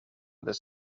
this